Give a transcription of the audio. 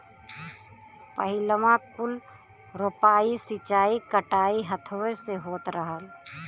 पहिलवाँ कुल रोपाइ, सींचाई, कटाई हथवे से होत रहल